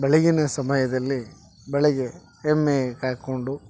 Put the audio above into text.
ಬೆಳಗಿನ ಸಮಯದಲ್ಲಿ ಬೆಳಗ್ಗೆ ಎಮ್ಮೆ ಕಾಯ್ಕೊಂಡು